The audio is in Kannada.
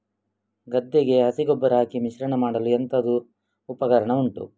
ಗದ್ದೆಗೆ ಹಸಿ ಗೊಬ್ಬರ ಹಾಕಿ ಮಿಶ್ರಣ ಮಾಡಲು ಎಂತದು ಉಪಕರಣ ಉಂಟು?